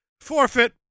forfeit